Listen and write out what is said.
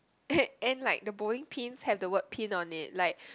and like bowling pins have the word pin on it like